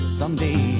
someday